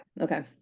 okay